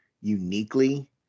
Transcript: uniquely